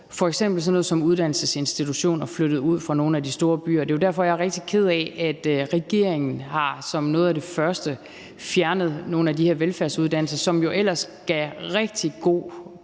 sådan noget som uddannelsesinstitutioner flyttet ud fra nogle af de store byer. Det er jo derfor, jeg er rigtig ked af, at regeringen som noget af det første har fjernet nogle af de her velfærdsuddannelser, altså pædagoguddannelser